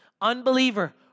Unbeliever